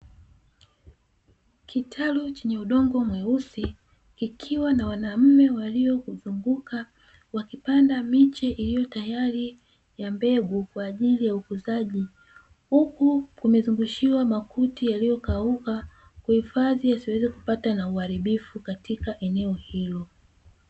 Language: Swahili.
Kitalu chenye udongo mweusi ikiwa na mwanamume waliokuzunguka wakipanda miche iliyotayari ya mbegu kwa ajili ya ukuzaji, huku kumezungushiwa makuti yaliyokauka kuhifadhi kusiweze kupata na uharibifu katika eneo hilo.